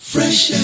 Fresh